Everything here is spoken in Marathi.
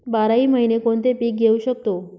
बाराही महिने कोणते पीक घेवू शकतो?